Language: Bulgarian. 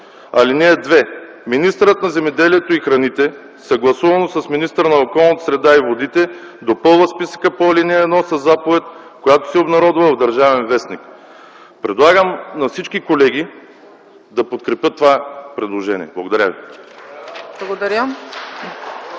култури. (2) Министърът на земеделието и храните съгласувано с министъра на околната среда и водите допълва списъка по ал. 1 със заповед, която се обнародва в „Държавен вестник”.” Предлагам на всички колеги да подкрепят това предложение. Благодаря ви.